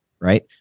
right